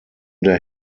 der